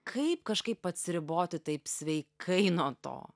kaip kažkaip atsiriboti taip sveikai nuo to